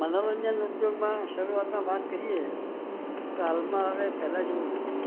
મનોરંજન ઉદ્યોગમાં શરૂઆતમાં વાત કરીએ તો હાલમાં હવે પહેલાં જેવું નથી